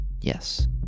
yes